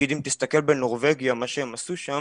נגיד אם תסתכל בנורבגיה, מה שהם עשו שם